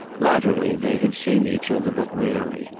latterly they had seen each other but rarely,